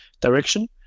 direction